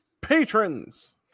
patrons